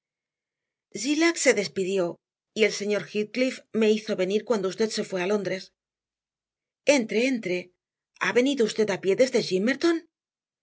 zillah se despidió y el señor heathcliff me hizo venir cuando usted se fue a londres entre entre ha venido usted a pie desde gimmerton vengo